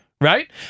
Right